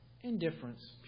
Indifference